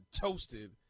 toasted